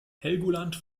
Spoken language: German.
helgoland